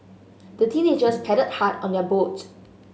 the teenagers paddled hard on their boat